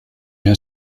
herr